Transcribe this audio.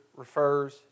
refers